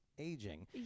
Aging